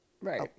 right